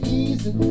easy